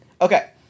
Okay